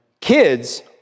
Kids